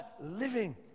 living